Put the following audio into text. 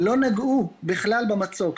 לא נגעו בכלל במצוק,